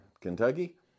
Kentucky